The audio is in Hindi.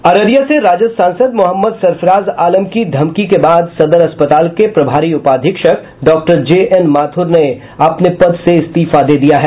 अररिया से राजद सांसद मोहम्मद सरफराज आलम की धमकी के बाद सदर अस्पताल के प्रभारी उपाधीक्षक डॉक्टर जेएन माथुर ने अपने पद से इस्तीफा दे दिया है